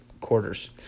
quarters